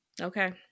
Okay